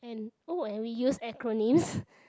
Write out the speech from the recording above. and oh and we use acronyms